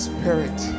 Spirit